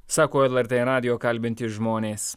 sako lrt radijo kalbinti žmonės